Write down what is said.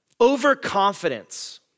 overconfidence